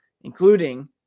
including